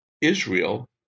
Israel